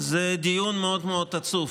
זה דיון מאוד מאוד עצוב,